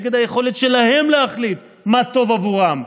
נגד היכולת שלהם להחליט מה טוב עבורם.